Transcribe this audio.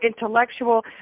intellectual